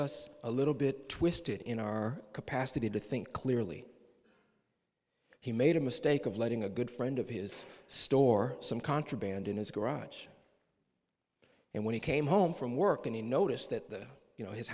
us a little bit twisted in our capacity to think clearly he made a mistake of letting a good friend of his store some contraband in his garage and when he came home from work and he noticed that you know his